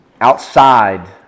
outside